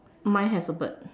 mine has a bird